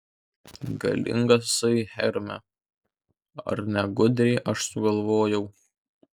galingasai hermi ar ne gudriai aš sugalvojau